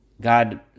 God